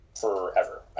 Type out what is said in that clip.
forever